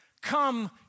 Come